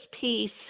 piece